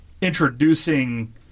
introducing